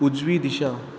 उजवी दिशा